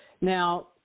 Now